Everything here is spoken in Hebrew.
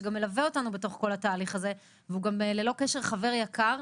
שגם מלווה אותנו בתוך כל התהליך הזה והוא גם ללא קשר חבר יקר.